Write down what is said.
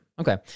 Okay